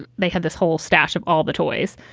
they had this whole stash of all the toys.